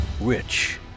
Rich